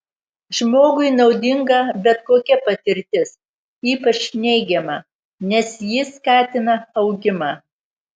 žmogui naudinga bet kokia patirtis ypač neigiama nes ji skatina augimą